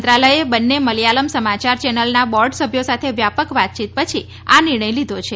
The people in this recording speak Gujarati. મંત્રાલયે બંને મલયાલમ સમાચાર ચેનલના બોર્ડ સભ્યો સાથે વ્યાપક વાતયીત પછી આ નિર્ણય લીધો છે